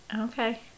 Okay